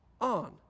on